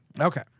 Okay